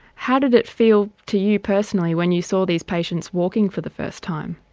how did it feel to you personally when you saw these patients walking for the first time?